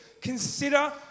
consider